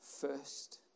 first